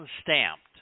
stamped